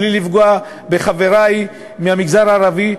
בלי לפגוע בחברי מהמגזר הערבי,